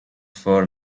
for